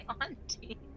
auntie